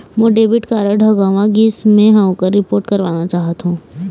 मोर debit card ह गंवा गिसे, मै ह ओकर रिपोर्ट करवाना चाहथों